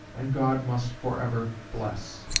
and god must forever bless.